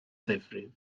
ddifrif